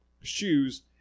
shoes